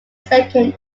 second